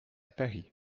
paris